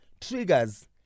triggers